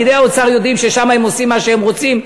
פקידי האוצר יודעים ששם הם עושים מה שהם רוצים,